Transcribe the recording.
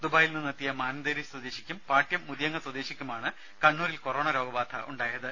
ദുബൈയിൽ നിന്നെത്തിയ മാനന്തേരി സ്വദേശിക്കും പാട്യം മുതിയങ്ങ സ്വദേശിക്കുമാണ് കണ്ണൂരിൽ കോറോണ രോഗബാധ ഉണ്ടായത്